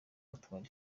atwara